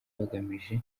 bagamije